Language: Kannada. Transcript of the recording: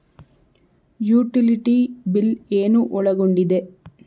ಯುಟಿಲಿಟಿ ಬಿಲ್ ಏನು ಒಳಗೊಂಡಿದೆ?